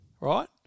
right